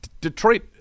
Detroit